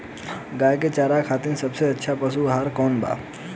गाय के चारा खातिर सबसे अच्छा पशु आहार कौन बा?